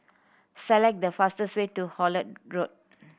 select the fastest way to Holt Road